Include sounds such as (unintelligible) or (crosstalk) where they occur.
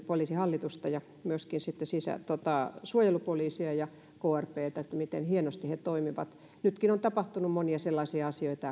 poliisihallitusta ja myöskin suojelupoliisia ja krptä siitä miten hienosti he toimivat nytkin on tapahtunut monia sellaisia asioita (unintelligible)